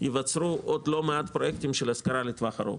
ייווצרו עוד לא מעט פרויקטים של השכרה לטווח ארוך.